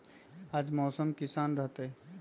आज मौसम किसान रहतै?